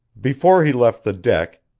before he left the deck,